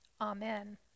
Amen